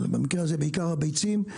במקרה הזה בעיקר הביצים,